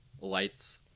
lights